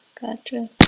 Gotcha